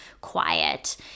quiet